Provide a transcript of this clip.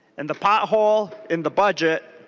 and the potholes in the budget